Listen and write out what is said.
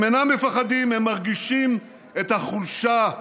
הם אינם מפחדים, הם מרגישים את החולשה,